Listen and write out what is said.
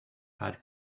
had